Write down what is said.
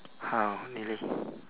好你呢